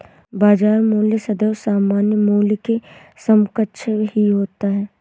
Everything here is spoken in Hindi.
बाजार मूल्य सदैव सामान्य मूल्य के समकक्ष ही होता है